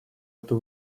эту